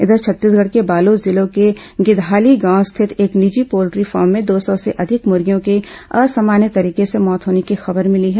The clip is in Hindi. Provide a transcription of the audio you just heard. इधर छत्तीसगढ़ के बालोद जिले के गिधाली गांव स्थित एक निजी पोल्ट्री फॉर्म में दो सौ से अधिक मूर्गियों की असामान्य तरीके से मौत होने की खबर भिली है